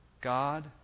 God